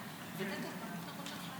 נתקבלה.